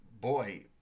boy